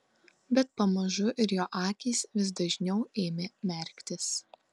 bet pamažu ir jo akys vis dažniau ėmė merktis